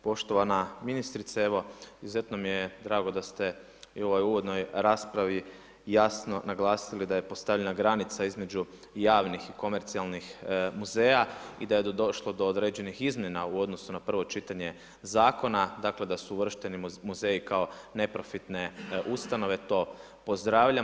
Poštovana ministrice, evo izuzetno mi je drago da ste i u ovoj uvodnoj raspravi jasno naglasili da je postavljena granica između javnih i komercijalnih muzeja i da je došlo do određenih izmjena u odnosu na prvo čitanje zakona, dakle da su uvršteni muzeji kao neprofitne ustanove, to pozdravljam.